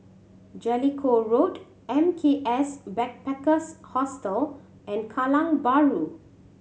Jellicoe Road M K S Backpackers Hostel and Kallang Bahru